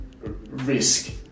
risk